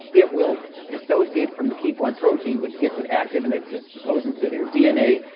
it will dissociate from the keep one protein which gets it active and it goes into their dna,